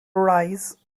rise